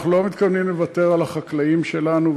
אנחנו לא מתכוונים לוותר על החקלאים שלנו,